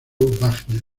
wagner